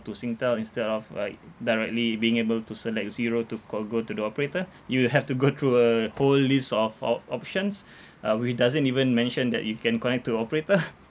to Singtel instead of like directly being able to select zero to call go to the operator you will have to go through a whole list of op~ options uh which doesn't even mention that you can connect to operator